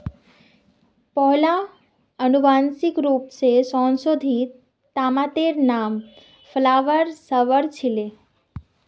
पहिला अनुवांशिक रूप स संशोधित तमातेर नाम फ्लावर सवर छीले